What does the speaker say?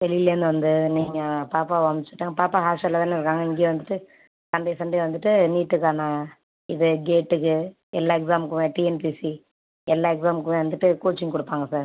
வெளிலேருந்து வந்து நீங்க பாப்பாவ அமுச்சுட்டா உங்க பாப்பா ஹாஸ்டல்ல தான இருக்காங்க இங்கேயே வந்துட்டு சண்டே சண்டே வந்துவிட்டு நீட்டுக்கான இதை கேட்டுக்கு எல்லா எக்ஸாமுக்குமே டிஎன்பிஎஸ்சி எல்லா எக்ஸாமுக்குமே வந்துவிட்டு கோச்சிங் கொடுப்பாங்க சார்